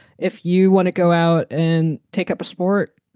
if you want to go out and take up a sport,